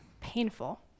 painful